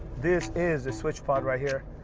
this is the switchpod right here.